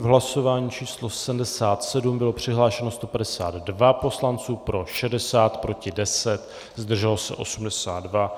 V hlasování číslo 77 bylo přihlášeno 152 poslanců, pro 60, proti 10, zdrželo se 82.